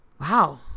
Wow